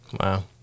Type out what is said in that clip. Wow